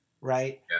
right